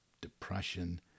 depression